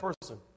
person